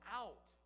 out